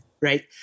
Right